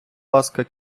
ласка